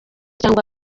cyangwa